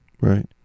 Right